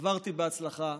עברתי בהצלחה,